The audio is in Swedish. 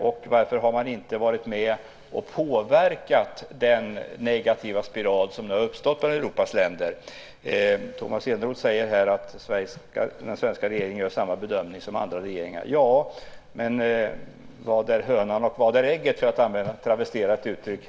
Och varför har man inte varit med och påverkat den negativa spiral som nu har uppstått bland Europas länder? Tomas Eneroth säger att den svenska regeringen gör samma bedömning som andra regeringar. Ja, men vad är hönan och vad är ägget, för att travestera ett uttryck?